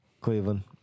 Cleveland